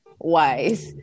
wise